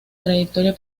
trayectoria